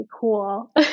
cool